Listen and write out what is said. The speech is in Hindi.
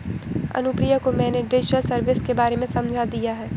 अनुप्रिया को मैंने डिजिटल सर्विस के बारे में समझा दिया है